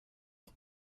ans